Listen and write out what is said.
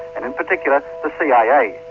and in particular, the cia.